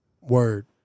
word